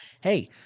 Hey